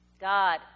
God